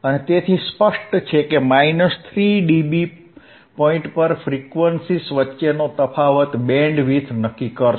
તેથી સ્પષ્ટ છે કે 3dB પોઇન્ટ પર ફ્રીક્વન્સીઝ વચ્ચેનો તફાવત બેન્ડવિડ્થ નક્કી કરશે